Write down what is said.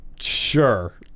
sure